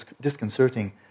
disconcerting